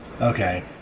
Okay